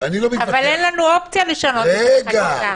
אבל אין לנו אופציה לשנות את החקיקה.